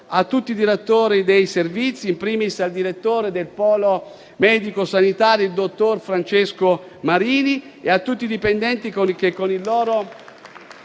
a tutti i direttori dei Servizi, *in primis* al direttore del polo medico sanitario, dottor Federico Marini, e a tutti i dipendenti,